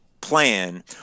plan